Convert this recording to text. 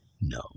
no